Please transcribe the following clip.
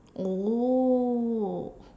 oh